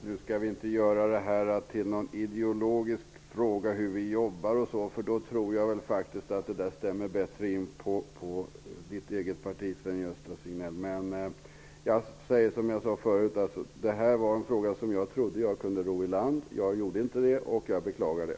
Herr talman! Vi skall inte göra frågan om hur vi jobbar till en ideologisk fråga. I så fall tror jag faktiskt att beskrivningen bättre stämmer överens med hur det är i Sven-Gösta Signells parti. Jag säger som jag förut sade: Jag trodde att jag skulle kunna ro i land den här frågan. Det gjorde jag dock inte, och jag beklagar det.